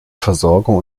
versorgung